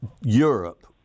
Europe